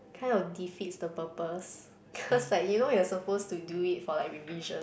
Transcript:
kind of defeats the purpose cause like you know you are supposed to do it for like revision